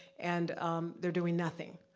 and they're doing nothing.